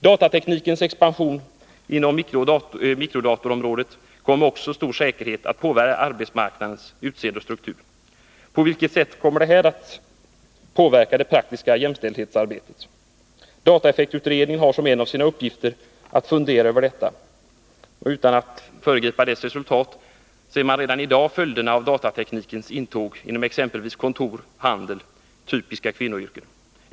Datateknikens expansion inom mikrodatorområdet kommer med stor säkerhet att påverka arbetsmarknadens utseende och struktur. På vilket sätt påverkar detta det praktiska jämställdhetsarbetet? Dataeffektutredningen har som en av sina uppgifter att fundera över detta. Utan att föregripa utredningens resultat kan jag konstatera, att vi redan i dag ser följderna av datateknikens intåg inom exempelvis kontor och handel — typiskt kvinnliga yrkesområden.